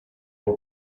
will